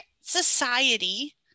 society